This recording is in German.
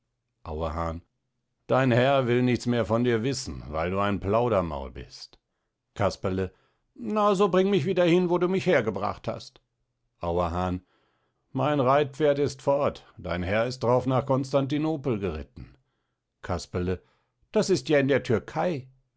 auerhahn dein herr will nichts mehr von dir wißen weil du ein plaudermaul bist casperle na so bring mich wieder hin wo du mich hergebracht hast auerhahn mein reitpferd ist fort dein herr ist drauf nach constantinopel geritten casperle das ist ja in der türkei